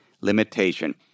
limitation